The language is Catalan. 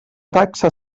taxa